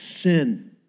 sin